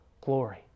glory